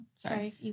Sorry